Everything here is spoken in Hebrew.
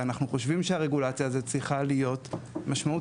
ואנחנו חושבים שהרגולציה הזאת צריכה להיות משמעותית.